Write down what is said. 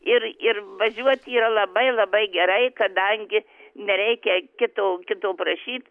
ir ir važiuot yra labai labai gerai kadangi nereikia kito kito prašyt